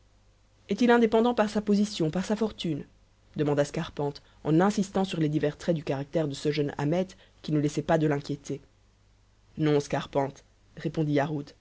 est-il indépendant par sa position par sa fortune demanda scarpante en insistant sur les divers traits du caractère de ce jeune ahmet qui ne laissait pas de l'inquiéter non scarpante répondit